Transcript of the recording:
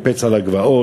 מקפץ על הגבעות,